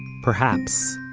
perhaps,